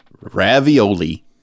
Ravioli